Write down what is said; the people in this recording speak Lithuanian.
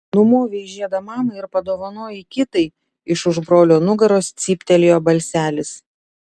numovei žiedą mamai ir padovanojai kitai iš už brolio nugaros cyptelėjo balselis